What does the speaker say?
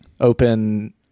Open